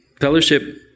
fellowship